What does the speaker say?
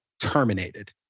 terminated